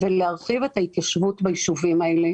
ולהרחיב את ההתיישבות ביישובים האלה